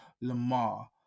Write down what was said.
Lamar